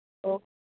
हो